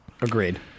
Agreed